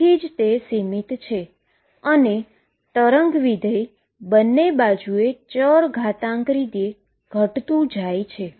તેથી જ તે બાઉન્ડ છે અને વેવ ફંક્શન બંને બાજુ એ એક્સ્પોનેન્શીઅલ રીતે ડીકે થાય છે